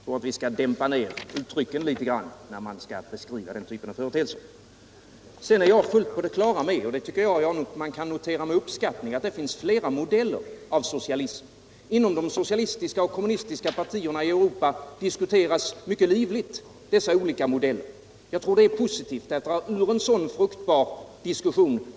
Jag tror man skall dämpa uttrycken litet, när man vill beskriva den typen av företeelser. Jag är fullt på det klara med att det finns flera modeller av socialism, och det tycker jag man kan notera med uppskattning. Inom de socialistiska och kommunistiska partierna i Europa diskuteras dessa olika modeller mycket livligt. Jag tycker det är positivt.